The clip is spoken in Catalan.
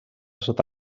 sota